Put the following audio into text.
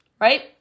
right